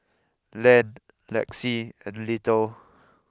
Len Lexi and Little